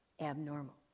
abnormal